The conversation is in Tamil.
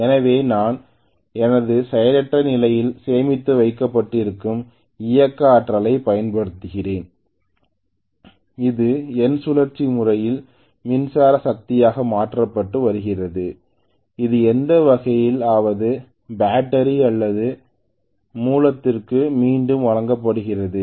எனவே நான் எனது செயலற்ற நிலையில் சேமித்து வைக்கப்பட்டிருக்கும் இயக்க ஆற்றலைப் பயன்படுத்துகிறேன் இது என் சுழற்சி முறையில் மின்சார சக்தியாக மாற்றப்பட்டு வருகிறது அது எந்த வகையில் ஆவது பேட்டரி அல்லது மூலத்திற்கு மீண்டும் வழங்கப்படுகிறது